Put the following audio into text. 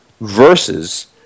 versus